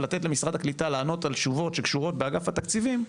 ולתת למשרד הקליטה לענות על שאלות שקשורות לאגף התקציבים,